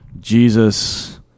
Jesus